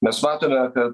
mes matome kad